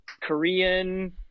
Korean